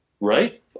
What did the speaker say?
right